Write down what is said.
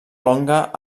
longa